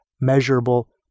measurable